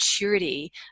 maturity